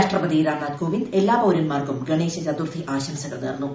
രാഷ്ട്രപതി രാംനാഥ് കോവിന്ദ് എല്ലാ പൌരൻമാർക്കും ഗണേശ ചതുർത്ഥി ആശംസകൾ നേർന്നു